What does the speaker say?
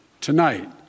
tonight